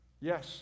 Yes